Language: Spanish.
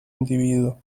individuo